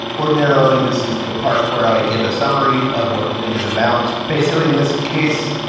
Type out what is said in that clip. ordinarily, this is the part where i give a summary of what the thing is about. basically, in this case,